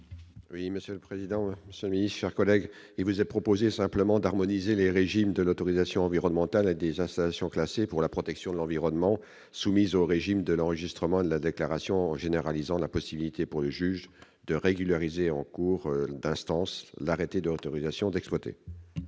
Oui, Monsieur le président Monsieur, collègues et vous est proposé simplement d'harmoniser les régimes de l'autorisation environnementale à des installations classées pour la protection de l'environnement soumises au régime de l'enregistrement de la déclaration en généralisant la possibilité pour les juges de régulariser en cours d'instance l'arrêté d'autorisation d'exploiter.